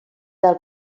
del